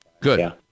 Good